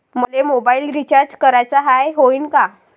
मले mobile recharge कराचा हाय, होईनं का?